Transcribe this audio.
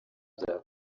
bya